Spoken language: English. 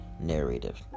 narrative